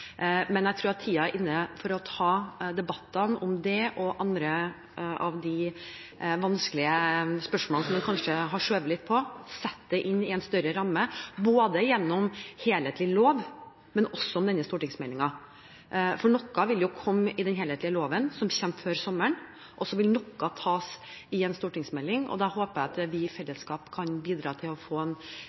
Men jeg tror at tiden er inne for å ta debattene om det og andre av de vanskelige spørsmålene som vi kanskje har skjøvet litt på, og sette dem inn i en større ramme gjennom en helhetlig lov, men også gjennom denne stortingsmeldingen. For noe vil jo komme i den helhetlige loven som kommer før sommeren, og så vil noe tas i stortingsmeldingen. Da håper jeg vi i fellesskap kan bidra til å få en